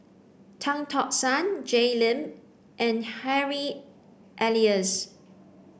Tan Tock San Jay Lim and Harry Elias